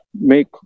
make